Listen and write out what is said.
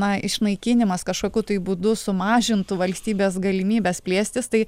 na išnaikinimas kažkokiu būdu sumažintų valstybės galimybes plėstis tai